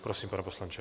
Prosím, pane poslanče.